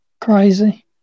crazy